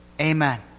Amen